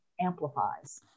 amplifies